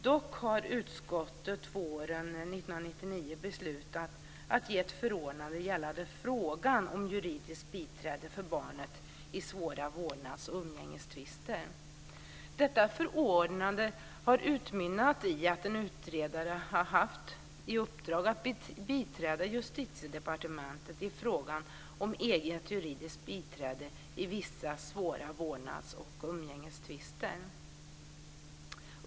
Dock har utskottet våren 1999 beslutat att ge ett förordnande gällande frågan om juridiskt biträde för barnet i svåra vårdnads och umgängestvister. Detta förordnande har utmynnat i att en utredare har haft i uppdrag att biträda Justitiedepartementet i frågan om eget juridiskt biträde i vissa svåra vårdnadsoch umgängestvister.